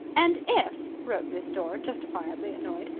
and if, wrote miss dore, justifiably annoyed,